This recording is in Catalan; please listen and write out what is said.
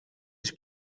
els